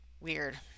weird